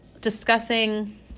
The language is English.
discussing